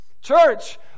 Church